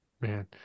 man